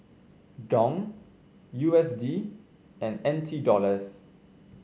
Dong U S D and N T Dollars